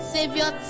Savior